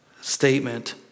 statement